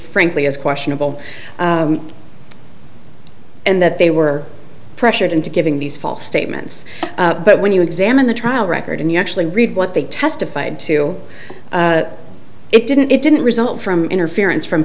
frankly is questionable and that they were pressured into giving these false statements but when you examine the trial record and you actually read what they testified to it didn't it didn't result from interference from